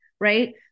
Right